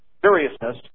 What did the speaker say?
seriousness